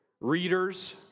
readers